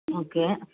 okay